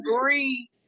agree